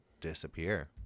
disappear